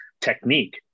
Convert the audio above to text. technique